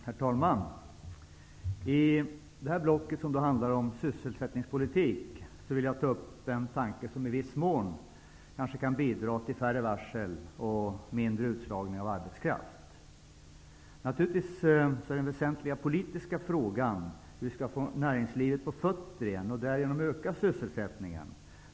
Herr talman! I det här blocket, som handlar om sysselsättningspolitik, vill jag ta upp den tanke som i viss mån kanske kan bidra till färre varsel och mindre utslagning av arbetskraft. Naturligtvis är den väsentliga politiska frågan hur vi skall få näringslivet på fötter igen och därigenom öka sysselsättningen.